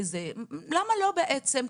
למה ל א בעצם,